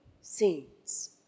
scenes